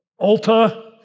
Ulta